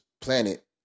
planet